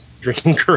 drinking